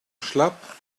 schlapp